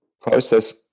process